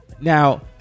now